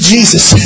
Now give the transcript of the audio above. Jesus